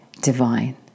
divine